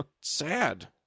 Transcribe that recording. sad